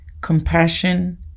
compassion